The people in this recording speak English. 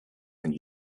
and